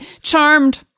charmed